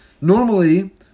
Normally